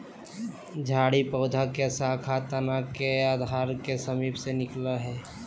झाड़ी पौधा के शाखा तने के आधार के समीप से निकलैय हइ